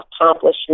accomplishment